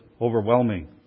overwhelming